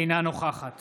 אינה נוכחת